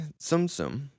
Sumsum